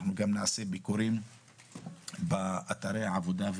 אנחנו גם נעשה ביקורים באתרי העבודה,